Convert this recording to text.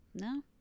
no